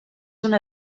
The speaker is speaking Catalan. una